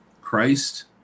Christ